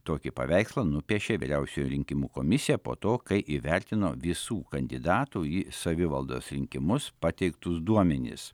tokį paveikslą nupiešė vyriausioji rinkimų komisija po to kai įvertino visų kandidatų į savivaldos rinkimus pateiktus duomenis